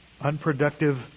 unproductive